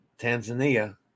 Tanzania